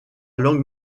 langue